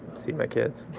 see my kids